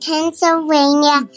Pennsylvania